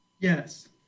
Yes